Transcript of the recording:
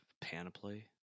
panoply